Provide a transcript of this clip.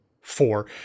four